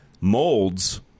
molds